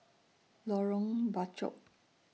Lorong Bachok